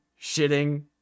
shitting